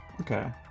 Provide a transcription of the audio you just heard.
Okay